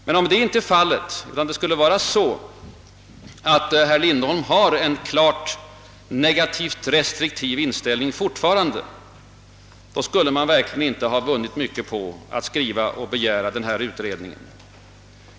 Men om det inte är fallet utan herr Lindholm har den klart negativa restriktiva inställning i detta avseende som anförandet vittnade om, då skulle man verkligen inte ha vunnit mycket på att skriva och begära en utredning.